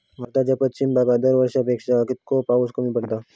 भारताच्या पश्चिम भागात दरवर्षी पेक्षा कीतको पाऊस कमी पडता?